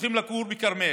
והולכים לגור בכרמל,